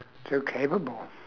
so capable